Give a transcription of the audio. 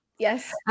Yes